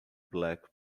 black